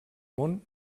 món